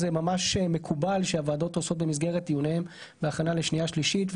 זה ממש מקובל שהוועדות עושות במסגרת דיוניהן בהכנה לשנייה ושלישית,